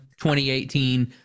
2018